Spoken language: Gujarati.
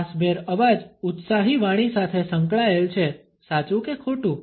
શ્વાસભેર અવાજ ઉત્સાહી વાણી સાથે સંકળાયેલ છે સાચુ કે ખોટુ